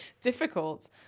Difficult